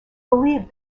believed